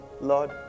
Lord